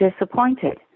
disappointed